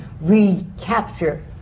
recapture